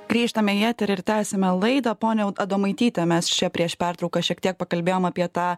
grįžtame į eterį ir tęsiame laidą ponia adomaityte mes čia prieš pertrauką šiek tiek pakalbėjom apie tą